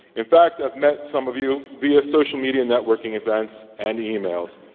in fact, i've met some of you via social media networking events and emails.